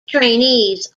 trainees